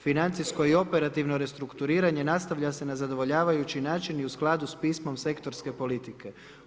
Financijsko i operativno restrukturiranje nastavlja se na zadovoljavajući način i u skladu sa pismom sektorske politike.